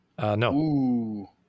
No